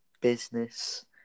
business